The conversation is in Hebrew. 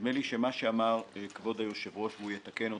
נדמה לי שמה שאמר כבוד היושב-ראש, והוא יתקן אותי,